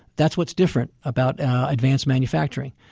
that's what's different about advanced manufacturing.